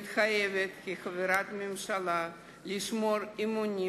מתחייבת כחברת הממשלה לשמור אמונים